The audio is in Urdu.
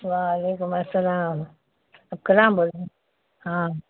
وعلیکم السلام آپ کلام بول رہے ہیں ہاں